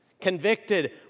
convicted